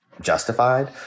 justified